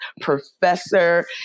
professor